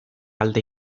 alde